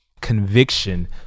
conviction